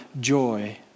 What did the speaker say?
joy